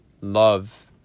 love